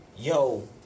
Yo